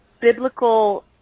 biblical